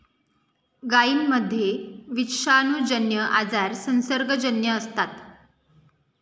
गायींमध्ये विषाणूजन्य आजार संसर्गजन्य असतात